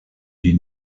die